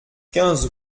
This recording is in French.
quinze